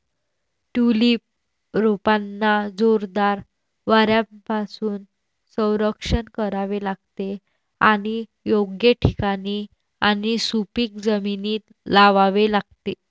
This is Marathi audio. ट्यूलिप रोपांना जोरदार वाऱ्यापासून संरक्षण करावे लागते आणि योग्य ठिकाणी आणि सुपीक जमिनीत लावावे लागते